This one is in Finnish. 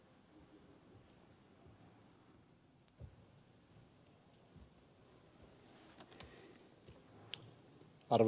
arvoisa puhemies